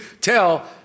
tell